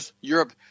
Europe